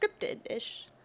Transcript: scripted-ish